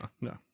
no